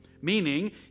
meaning